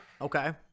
Okay